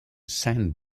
san